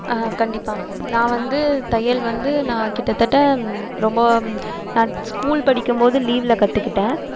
கண்டிப்பாக நான் வந்து தையல் வந்து நான் கிட்டத்தட்ட ரொம்ப நான் ஸ்கூல் படிக்கும்போது லீவில் கற்றுக்கிட்டேன்